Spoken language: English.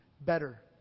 better